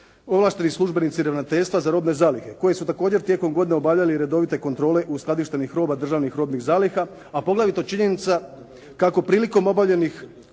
ovlašteni službenici Ravnateljstva za robne zalihe koji su također tijekom godine obavljali redovite kontrole uskladištenih roba državnih robnih zaliha, a poglavito činjenica kako prilikom obavljenih